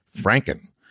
Franken